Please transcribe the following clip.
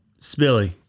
Spilly